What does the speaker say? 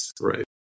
right